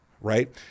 right